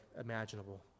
imaginable